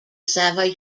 savoy